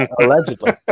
allegedly